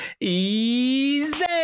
easy